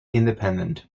independent